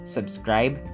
Subscribe